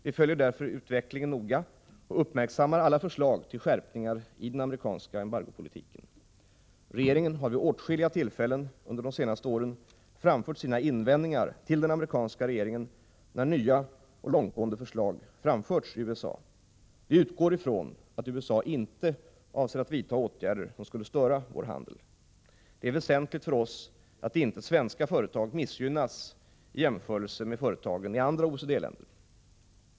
Vi följer därför utvecklingen noga och uppmärksammar alla förslag till skärpningar i den amerikanska embargopolitiken. Regeringen har vid åtskilliga tillfällen under de senaste åren framfört sina invändningar till den amerikanska regeringen när nya och långtgående förslag framförts i USA. Vi utgår från att USA inte avser att vidta åtgärder som skulle störa vår handel. Det är väsentligt för oss att inte svenska företag missgynnas i jämförelse med företagen i andra OECD-länder.